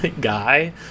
guy